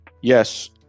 yes